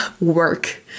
work